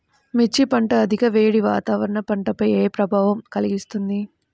మిర్చి పంట అధిక వేడి వాతావరణం పంటపై ఏ ప్రభావం కలిగిస్తుంది?